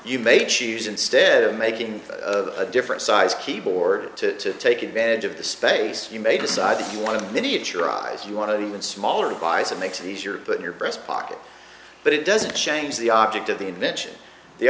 you may choose instead of making a different size keyboard to take advantage of the space you may decide if you want a miniature eyes you want to be with smaller buys it makes it easier but your breast pocket but it doesn't change the object of the invention the